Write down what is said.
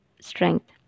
strength